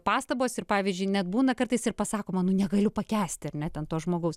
pastabos ir pavyzdžiui net būna kartais ir pasakoma nu negaliu pakęsti ar ne ten to žmogaus